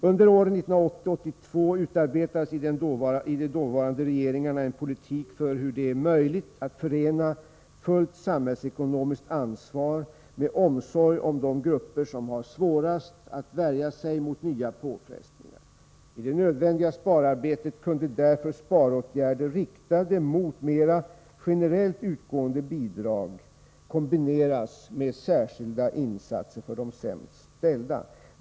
Under åren 1980-1982 utarbetades i de dåvarande regeringarna en politik för hur det skall vara möjligt att förena fullt samhällsekonomiskt ansvar med omsorg om de grupper som har svårast att värja sig mot nya påfrestningar. I det nödvändiga spararbetet kunde därför sparåtgärder riktade mot mer generellt utgående bidrag kombineras med särskilda insatser för de sämst ställda.